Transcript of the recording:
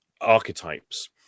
archetypes